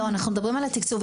אנחנו מדברים על התקצוב.